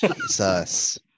Jesus